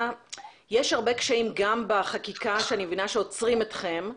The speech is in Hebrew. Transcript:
יש הרבה קשיים גם בחקיקה שאני מבינה שעוצרים אתכם,